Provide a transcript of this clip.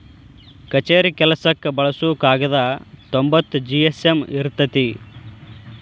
ಕಛೇರಿ ಕೆಲಸಕ್ಕ ಬಳಸು ಕಾಗದಾ ತೊಂಬತ್ತ ಜಿ.ಎಸ್.ಎಮ್ ಇರತತಿ